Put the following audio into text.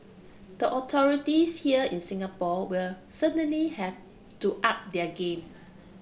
the authorities here in Singapore will certainly have to up their game